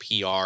PR